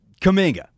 Kaminga